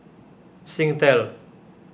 Singtel